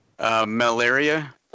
Malaria